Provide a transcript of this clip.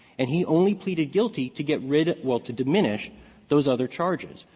and he only pleaded guilty to get rid well, to diminish those other charges.